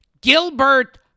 Gilbert